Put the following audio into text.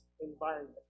environment